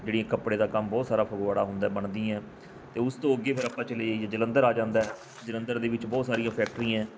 ਜਿਹੜੀਆਂ ਕੱਪੜੇ ਦਾ ਕੰਮ ਬਹੁਤ ਸਾਰਾ ਫਗਵਾੜਾ ਹੁੰਦਾ ਬਣਦੀ ਆ ਅਤੇ ਉਸ ਤੋਂ ਅੱਗੇ ਫਿਰ ਆਪਾਂ ਚਲੇ ਜਾਈਏ ਜਲੰਧਰ ਆ ਜਾਂਦਾ ਜਲੰਧਰ ਦੇ ਵਿੱਚ ਬਹੁਤ ਸਾਰੀਆਂ ਫੈਕਟਰੀਆਂ